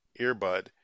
earbud